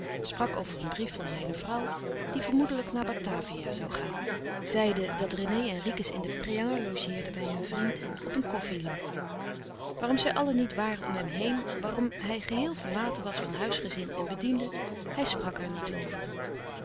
sprak over een brief van zijne vrouw die vermoedelijk naar batavia zoû gaan zeide dat rené en ricus in den preanger logeerden bij een vriend op een koffie land waarom zij allen niet waren om hem heen waarom hij geheel verlaten was van huisgezin en bedienden hij sprak er niet over